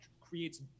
creates